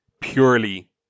purely